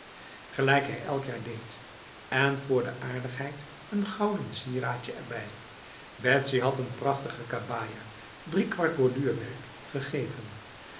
hij elk jaar deed en voor de aardigheid een gouden sieraadje erbij betsy had een prachtige kabaja driekwart borduurwerk gegeven